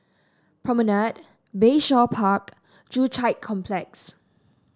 Promenade Bayshore Park Joo Chiat Complex